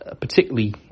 particularly